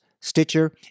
Stitcher